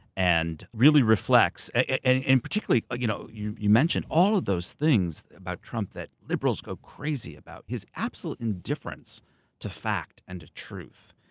and really reflects. and and particularly, you know you you mentioned, all of those things about trump that liberals go crazy about, his absolute indifference to fact and to truth,